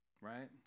Right